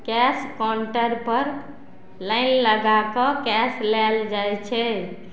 cash काउंटरपर line लगाकऽ cash लेल जाइ छै